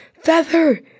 Feather